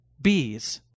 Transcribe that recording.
bees